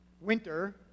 Winter